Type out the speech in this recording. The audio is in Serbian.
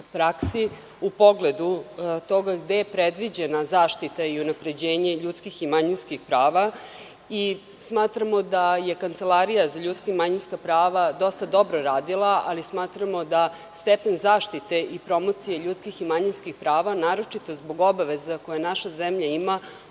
u pogledu toga gde je predviđena zaštita i unapređenje ljudskih i manjinskih prava, smatramo da je Kancelarija za ljudska i manjinska prava dosta dobro radila, ali smatramo da stepen zaštite i promocije ljudskih i manjinskih prava, naročito zbog obaveza koje naša zemlja ima